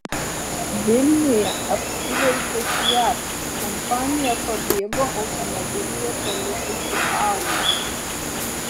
vilniuje apsivertė fiat kompanija pabėgo automobilyje palikusi alų